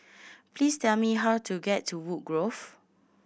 please tell me how to get to Woodgrove